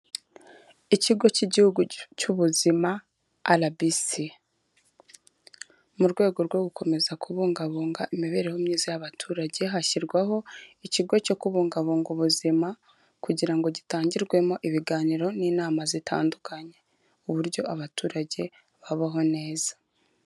Ikigo cy'igihugu cy'ubuzima RBC, mu rwego rwo gukomeza kubungabunga imibereho myiza yabaturage hashyirwaho ikigo cyo kubungabunga ubuzima kugira ngo gitangirwemo ibiganiro n'inama zitandukanye, uburyo abaturage babaho neza.